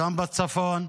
גם בצפון,